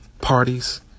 parties